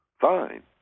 fine